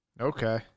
Okay